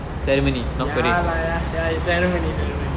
ya lah ya is ceremony ceremony